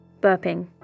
burping